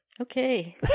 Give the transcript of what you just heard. Okay